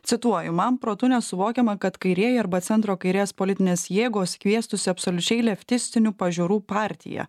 cituoju man protu nesuvokiama kad kairieji arba centro kairės politinės jėgos kviestųsi absoliučiai leftistinių pažiūrų partiją